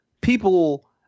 people